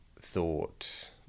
thought